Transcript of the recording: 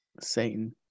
Satan